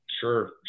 Sure